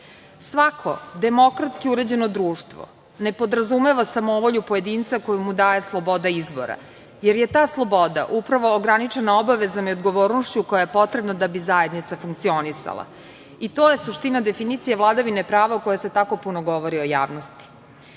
drugu. Svako demokratski uređeno društvo ne podrazumeva samovolju pojedinca koju mu daje sloboda izbora, jer je ta sloboda upravo ograničena obavezama i odgovornošću koja je potrebna da bi zajednica funkcionisala i to je suština definicije vladavine prava o kojoj se tako puno govori u javnosti. Zakon